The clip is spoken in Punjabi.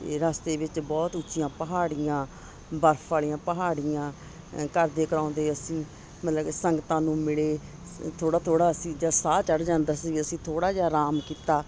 ਰਸਤੇ ਵਿੱਚ ਬਹੁਤ ਉੱਚੀਆਂ ਪਹਾੜੀਆਂ ਬਰਫ਼ ਵਾਲੀਆਂ ਪਹਾੜੀਆਂ ਕਰਦੇ ਕਰਾਉਂਦੇ ਅਸੀਂ ਮਤਲਬ ਕਿ ਸੰਗਤਾਂ ਨੂੰ ਮਿਲੇ ਥੋੜ੍ਹਾ ਥੋੜ੍ਹਾ ਅਸੀਂ ਜਦ ਸਾਹ ਚੜ੍ਹ ਜਾਂਦਾ ਸੀ ਅਸੀਂ ਥੋੜ੍ਹਾ ਜਿਹਾ ਅਰਾਮ ਕੀਤਾ